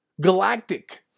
galactic